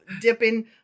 dipping